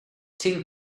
tin